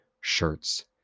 shirts